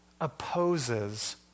opposes